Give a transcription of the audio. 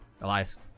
Elias